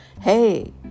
Hey